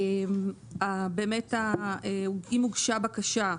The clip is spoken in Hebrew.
באמת אם הוגשה בקשה,